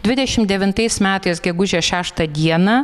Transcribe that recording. dvidešimt devintais metais gegužės šeštą dieną